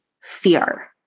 fear